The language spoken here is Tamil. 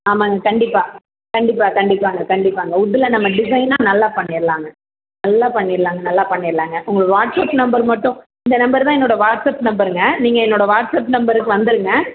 ஆமாம்ங்க கண்டிப்பாக கண்டிப்பாக கண்டிப்பாகங்க கண்டிப்பாகங்க உட்டில் நம்ம டிசைனாக நல்லா பண்ணிரலாம்ங்க நல்லா பண்ணிரலாங்க நல்லா பண்ணிரலாம்ங்க உங்களுக்கு வாட்ஸ்ஆப் நம்பர் மட்டும் இந்த நம்பர் தான் என்னோட வாட்ஸ்ஆப் நம்பருங்க நீங்கள் என்னோட வாட்ஸ்ஆப் நம்பருக்கு வந்துருங்க